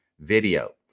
video